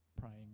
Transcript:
praying